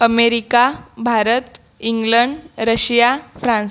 America Bharat England Russia France